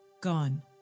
gone